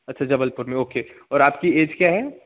अच्छा जबलपुर में ओके और आपकी एज क्या है